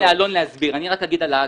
אני אתן לאלון להסביר, אני רק אדבר על האג"ח.